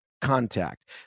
contact